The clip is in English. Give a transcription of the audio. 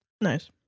Nice